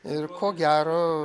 ir ko gero